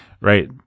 right